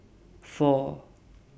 four